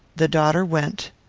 the daughter went.